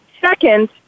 Second